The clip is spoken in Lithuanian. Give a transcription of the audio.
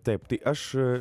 taip tai aš